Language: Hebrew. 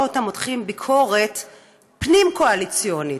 אותם מותחים ביקורת פנים-קואליציונית.